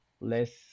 less